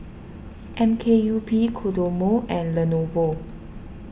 M K U P Kodomo and Lenovo